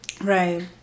Right